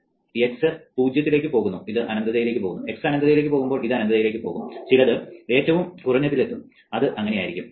x 0 ലേക്ക് പോകുന്നു ഇത് അനന്തതയിലേക്ക് പോകും x അനന്തതയിലേക്ക് പോകുമ്പോൾ ഇത് അനന്തതയിലേക്ക് പോകും ചിലത് ഏറ്റവും കുറഞ്ഞതിലെത്തും അത് അങ്ങനെയായിരിക്കും